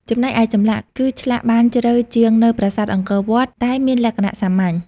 ចំណែកឯចម្លាក់ គឺឆ្លាក់បានជ្រៅជាងនៅប្រាសាទអង្គរវត្ត តែមានលក្ខណៈសាមញ្ញ។